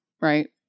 right